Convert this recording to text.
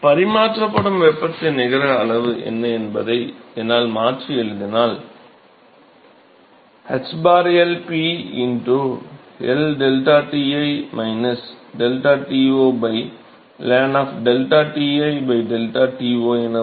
பரிமாற்றப்படும் வெப்பத்தின் நிகர அளவு என்ன என்பதை என்னால் மாற்றி எழுதினால் ħL P L ΔTi minus ΔTo ln ΔTi ΔTo என வரும்